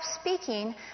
speaking